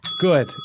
Good